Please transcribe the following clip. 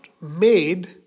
made